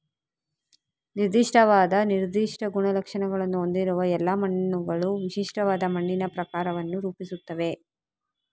ನಿರ್ದಿಷ್ಟವಾದ ನಿರ್ದಿಷ್ಟ ಗುಣಲಕ್ಷಣಗಳನ್ನು ಹೊಂದಿರುವ ಎಲ್ಲಾ ಮಣ್ಣುಗಳು ವಿಶಿಷ್ಟವಾದ ಮಣ್ಣಿನ ಪ್ರಕಾರವನ್ನು ರೂಪಿಸುತ್ತವೆ